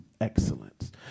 excellence